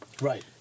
Right